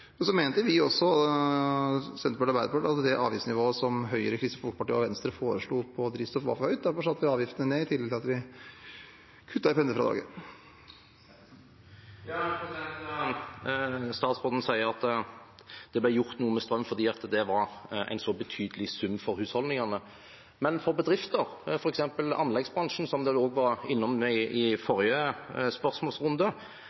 Senterpartiet og Arbeiderpartiet at det avgiftsnivået som Høyre, Kristelig Folkeparti og Venstre foreslo på drivstoff, var for høyt. Derfor satte vi avgiftene ned, i tillegg til at vi kuttet i pendlerfradraget. Statsråden sier at det ble gjort noe med strøm fordi det var en så betydelig sum for husholdningene. Men for bedrifter, f.eks. i anleggsbransjen, som man også var innom i